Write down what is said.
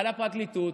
על הפרקליטות